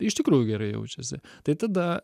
iš tikrųjų gerai jaučiasi tai tada